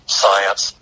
science